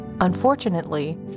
Unfortunately